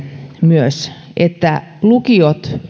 myös että lukiot